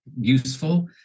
useful